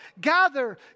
gather